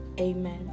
Amen